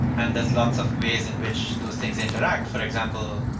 and there's lots of ways in which those things interact. for example,